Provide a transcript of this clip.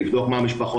אני יכול לבדוק במשפחות,